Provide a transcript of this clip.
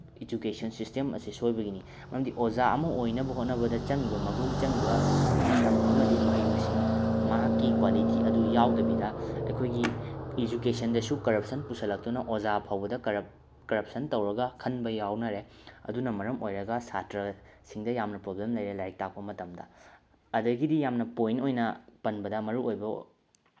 education system ꯑꯁꯤ ꯁꯣꯏꯕꯒꯤꯅꯤ ꯃꯔꯝꯗꯤ ꯑꯣꯖꯥ ꯑꯃ ꯑꯣꯏꯅꯕ ꯍꯣꯠꯅꯕꯗ ꯆꯪꯉꯤꯕ ꯃꯒꯨꯟ ꯆꯪꯉꯤꯕ ꯃꯇꯝ ꯑꯃꯗꯤ ꯃꯍꯩ ꯃꯁꯤꯡ ꯃꯍꯥꯛꯀꯤ ꯀ꯭ꯋꯥꯂꯤꯇꯤ ꯑꯗꯨ ꯌꯥꯎꯗꯕꯤꯗ ꯑꯩꯈꯣꯏꯒꯤ ꯑꯦꯖꯨꯀꯦꯁꯟꯗꯁꯨ ꯀꯔꯞꯁꯟ ꯄꯨꯁꯤꯜꯂꯛꯇꯨꯅ ꯑꯣꯖꯥ ꯐꯥꯎꯕꯗ ꯀꯔꯞꯁꯟ ꯇꯧꯔꯒ ꯈꯟꯕ ꯌꯥꯎꯅꯔꯦ ꯑꯗꯨꯅ ꯃꯔꯝ ꯑꯣꯏꯔꯒ ꯁꯥꯇ꯭ꯔꯁꯤꯡꯗ ꯌꯥꯝꯅ ꯄ꯭ꯔꯣꯕ꯭ꯂꯦꯝ ꯂꯩꯔꯦ ꯂꯥꯏꯔꯤꯛ ꯇꯥꯛꯄ ꯃꯇꯝꯗ ꯑꯗꯒꯤꯗꯤ ꯌꯥꯝꯅ ꯄꯣꯏꯟ ꯑꯣꯏꯅ ꯄꯟꯕꯗ ꯃꯔꯨꯑꯣꯏꯕ